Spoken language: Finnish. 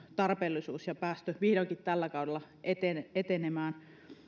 tarpeellisuus ja päästy vihdoinkin tällä kaudella etenemään